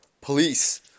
police